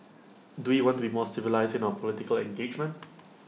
do we want to be more civilised in our political engagement